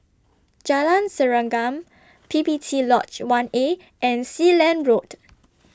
Jalan Serengam P P T Lodge one A and Sealand Road